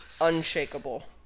Unshakable